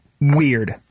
weird